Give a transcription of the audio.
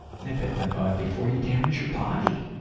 nip it in the bud before you damage your body!